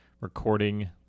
recording